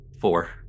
Four